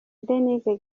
denise